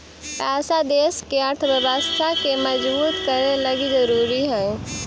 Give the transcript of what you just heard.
पैसा देश के अर्थव्यवस्था के मजबूत करे लगी ज़रूरी हई